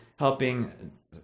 helping